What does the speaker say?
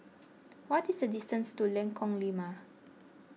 what is the distance to Lengkong Lima